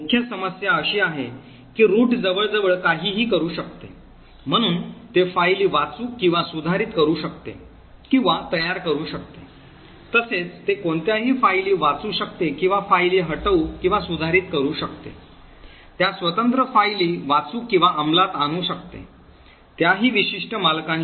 मुख्य समस्या अशी आहे की रूट जवळजवळ काहीही करू शकते म्हणून ते फायली वाचू किंवा सुधारित करू शकते किंवा तयार करू शकते तसेच ते कोणत्याही फायली वाचू शकते किंवा फायली हटवू किंवा सुधारित करू शकते त्या स्वतंत्र फायली वाचू किंवा अंमलात आणू शकते त्याही विशिष्ट मालकांशिवाय